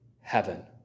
heaven